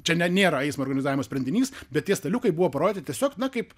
čia ne nėra eismo organizavimo sprendinys bet tie staliukai buvo parodyti tiesiog na kaip